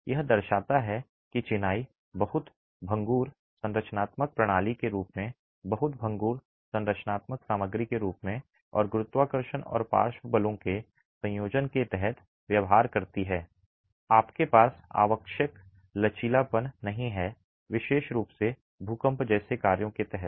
यह दर्शाता है कि चिनाई बहुत भंगुर संरचनात्मक प्रणाली के रूप में बहुत भंगुर संरचनात्मक सामग्री के रूप में और गुरुत्वाकर्षण और पार्श्व बलों के संयोजन के तहत व्यवहार करती है आपके पास आवश्यक लचीलापन नहीं है विशेष रूप से भूकंप जैसे कार्यों के तहत